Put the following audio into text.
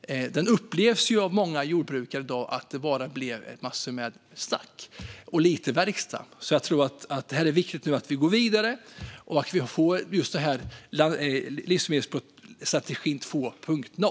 Många jordbrukare anser i dag att det blev en massa snack och lite verkstad. Det är därför viktigt att gå vidare för att få fram en livsmedelsstrategi 2.0.